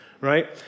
right